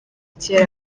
kera